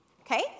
okay